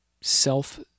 self